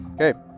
Okay